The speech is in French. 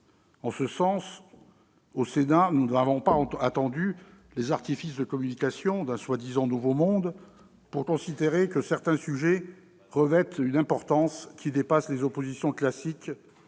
En ce sens, au Sénat, nous n'avons pas attendu les artifices de communication d'un soi-disant « nouveau monde » pour considérer que certains sujets revêtent une importance qui dépasse les oppositions classiques